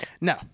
No